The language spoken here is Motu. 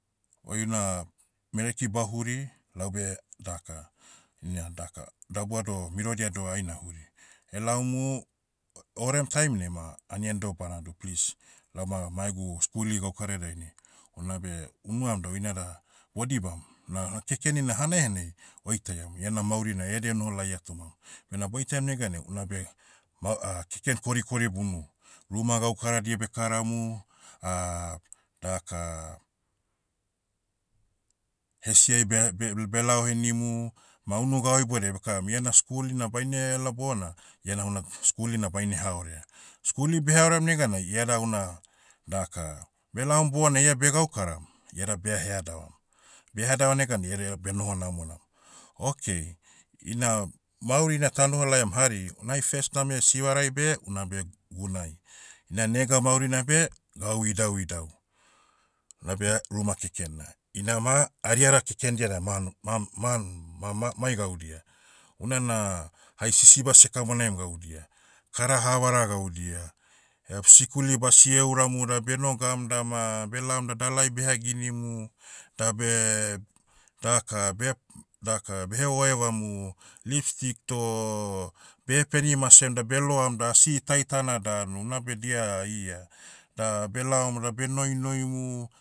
Oina, mereki bahuri, laube daka, ina daka dabua doh mirodia doh aina huri. Elaumu, orem taiminai ma anian doh banadu please. Lau ma mai egu skuli gaukara dainai. Unabe unuam da oinada bodibam, na kekeni na hanai hanai, oitaiam iena mauri na ede enoho laia tomam. Bena boitaiam neganai, unabe, mau- keken korikori bunu. Ruma gaukaradia bekaramu, daka, hesiai beha- be- belao henimu, ma unu gau idoudiai bekaram. Iena skuli na baine ela bona, iana houna, skuli na baine haorea. Skuli beha oream neganai iada una, daka, belaom bona ia begaukaram, iada bea headavam. Beheadava neganai iada benoho namonam. Okay, ina, maurina tanoho laiam hari, onai first name sivarai beh, unabe gunai. Ina nega maurina beh, gau idauidau. Nabe, ruma keken na. Inama, ariara kekendia dan ma no- ma- ma- ma- ma- mai gaudia. Una na, hai sisiba sekamonaim gaudia. Kara havara gaudia. Eb- sikuli basieuramu da benogam dama belaom da dalai beha ginimu, dabeh, daka be- daka behegoevamu, lip stick toh, behepeni masem da beloam da asi itaitana danu. Unabe dia ia. Da belaom ada beh noinoimu,